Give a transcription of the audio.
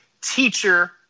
teacher